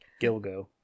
gilgo